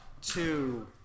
two